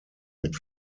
mit